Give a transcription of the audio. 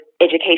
education